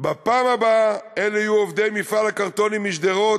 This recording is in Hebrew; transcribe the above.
בפעם הבאה אלו יהיו עובדי מפעל הקרטונים משדרות,